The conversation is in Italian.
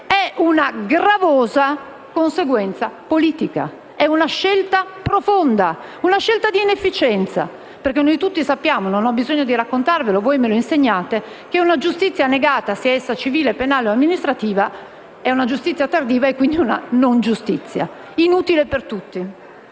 è una gravosa conseguenza politica, è una scelta profonda, una scelta di inefficienza. Noi tutti sappiamo - non ho bisogno di raccontarvelo, voi me lo insegnate - che una giustizia tardiva, sia essa civile, penale o amministrativa, è una giustizia negata e quindi una non giustizia, inutile per tutti;